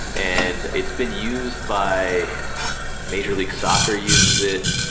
and it's been used by major league soccer uses it,